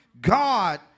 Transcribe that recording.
God